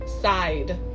side